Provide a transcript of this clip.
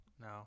No